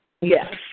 Yes